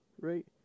right